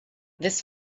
this